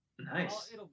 Nice